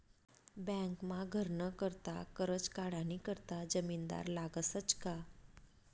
बँकमा घरनं करता करजं काढानी करता जामिनदार लागसच का